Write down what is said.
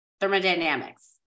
thermodynamics